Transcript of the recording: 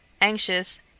anxious